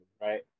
right